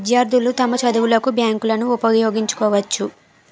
విద్యార్థులు తమ చదువులకు బ్యాంకులను ఉపయోగించుకోవచ్చు